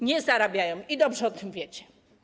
Nie zarabiają i dobrze o tym wiecie.